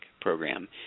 program